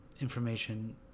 information